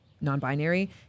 non-binary